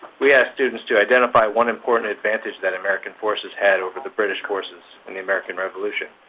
we asked students to identify one important advantage that american forces had over the british forces in the american revolution,